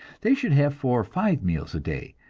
they should have four or five meals a day,